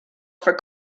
for